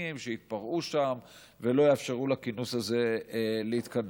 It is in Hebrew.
שיתפרעו שם ולא יאפשרו לכינוס הזה להתכנס.